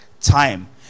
time